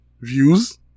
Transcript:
Views